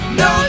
no